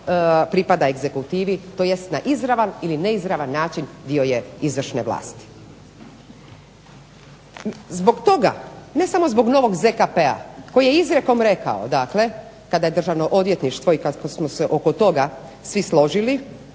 pripada egzekutivi, tj. na izravan ili neizravan način dio je izvršne vlasti. Zbog toga, ne samo zbog novog ZKP-a koji je izrijekom rekao kada je Državno odvjetništvo i kako smo se oko toga svi složili